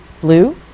blue